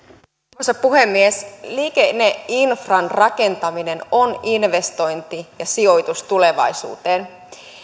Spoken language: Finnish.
arvoisa puhemies liikenneinfran rakentaminen on investointi ja sijoitus tulevaisuuteen